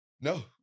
no